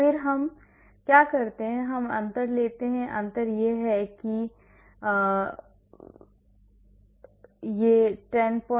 फिर हम क्या करते हैं हम एक अंतर लेते हैं अंतर यह है यह अंतर है और फिर एच